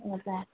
हो त